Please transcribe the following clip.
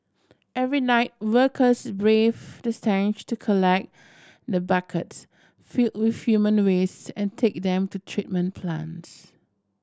every night workers braved the to collect the buckets filled with human waste and take them to treatment plants